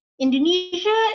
Indonesia